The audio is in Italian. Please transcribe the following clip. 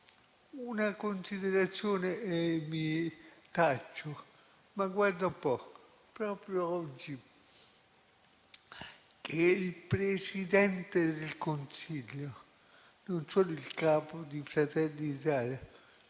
Una considerazione e mi taccio. Ma guarda un po', proprio oggi che il Presidente del Consiglio, non solo il capo di Fratelli d'Italia,